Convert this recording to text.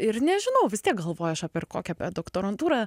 ir nežinau vis tiek galvoju aš apie ir kokią doktorantūrą